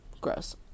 Gross